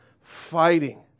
fighting